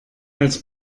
als